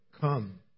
come